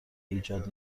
ایجاد